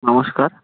নমস্কার